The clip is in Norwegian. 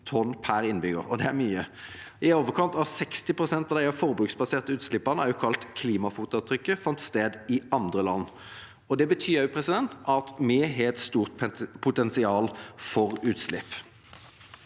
tonn per innbygger, og det er mye. I overkant av 60 pst. av disse forbruksbaserte utslippene, også kalt klimafotavtrykket, fant sted i andre land. Det betyr at vi har et stort potensial for utslipp.